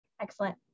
Excellent